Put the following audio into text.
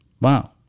Wow